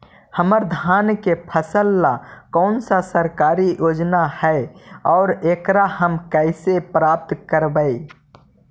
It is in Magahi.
हमर धान के फ़सल ला कौन सा सरकारी योजना हई और एकरा हम कैसे प्राप्त करबई?